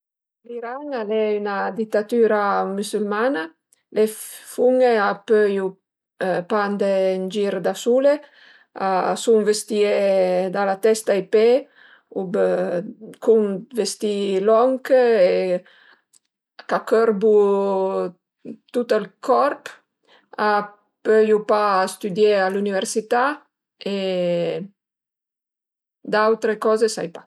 L'Iran al e 'na ditatüra musülmana, le fumne a põiu pa andé ën gir da sule, a sun vestìe da la testa ai pe ub cun d'vestì lonch e ch'a cörbu tut ël corp, a pöiu pa stüdié a l'üniversità e d'autre coze sai pa